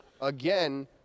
again